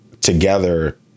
together